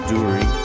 Dury